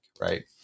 right